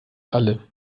alle